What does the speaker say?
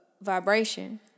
vibration